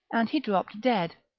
and he dropped dead.